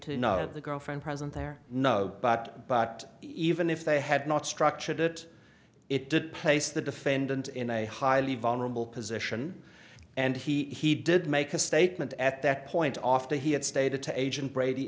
to know the girlfriend present their no but but even if they had not structured it it did place the defendant in a highly vulnerable position and he did make a statement at that point off that he had stated to agent brady